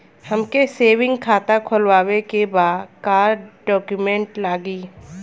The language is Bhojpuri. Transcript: हमके सेविंग खाता खोलवावे के बा का डॉक्यूमेंट लागी?